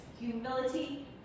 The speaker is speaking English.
humility